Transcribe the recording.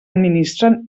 administren